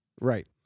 right